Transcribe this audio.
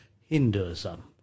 Hinduism